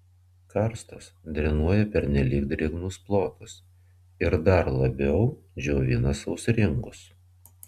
karstas drenuoja pernelyg drėgnus plotus ir dar labiau džiovina sausringus